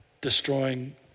destroying